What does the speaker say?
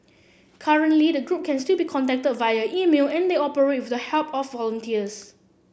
currently the group can still be contacted via email and they operate with the help of volunteers